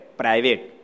private